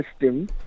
system